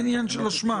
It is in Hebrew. אין עניין של אשמה.